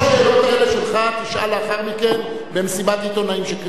את כל השאלות האלה שלך תשאל לאחר מכן במסיבת עיתונאים שתתקיים.